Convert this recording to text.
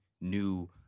new